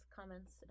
Comments